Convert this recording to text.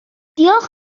diolch